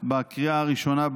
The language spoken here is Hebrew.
בהצעה בקריאה הראשונה.